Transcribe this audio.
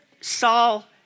Saul